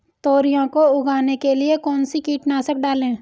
तोरियां को उगाने के लिये कौन सी कीटनाशक डालें?